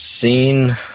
seen